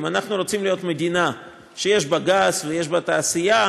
אם אנחנו רוצים להיות מדינה שיש בה גז ויש בה תעשייה,